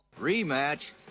Rematch